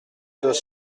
deux